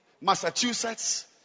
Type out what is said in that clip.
Massachusetts